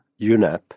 UNEP